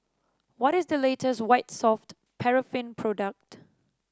what is the latest White Soft Paraffin product